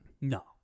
No